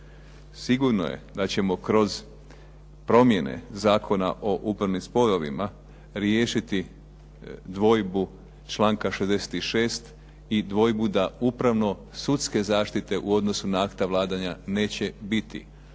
Sigurno je da ćemo kroz promjene Zakona o upravnim sporovima riješiti dvojbu članka 66. i dvojbu da upravno sudske zaštite u odnosu na akta vladanja neće biti